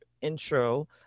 intro